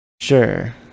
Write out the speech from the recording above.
Sure